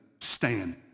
Stand